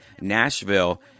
Nashville